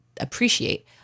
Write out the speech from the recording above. appreciate